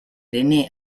rené